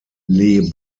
les